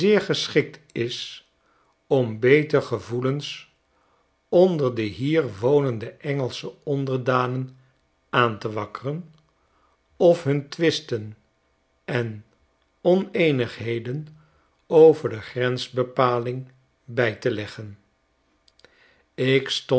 geschikt is om beter gevoelens onder de hier wonende engelsche onderdanen aan te wakkeren of hun twisten en oneenigheden over de grensbepaling bij te leggen ik stond